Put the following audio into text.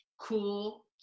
cool